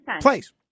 place